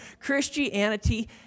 Christianity